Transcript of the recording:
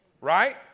right